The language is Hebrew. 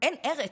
אין ארץ.